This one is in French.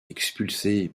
expulsée